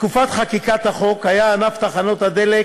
בתקופת חקיקת החוק היה ענף תחנות הדלק